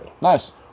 Nice